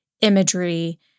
imagery